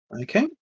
Okay